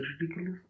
ridiculous